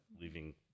leaving